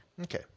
Okay